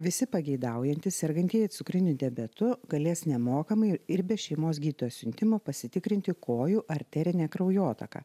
visi pageidaujantys sergantieji cukriniu diabetu galės nemokamai ir be šeimos gydytojo siuntimo pasitikrinti kojų arterinę kraujotaką